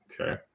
Okay